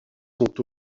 sont